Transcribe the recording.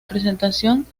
presentación